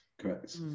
correct